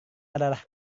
adalah